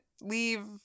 leave